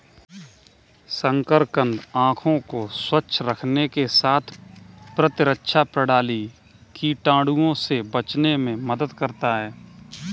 शकरकंद आंखों को स्वस्थ रखने के साथ प्रतिरक्षा प्रणाली, कीटाणुओं से बचाने में मदद करता है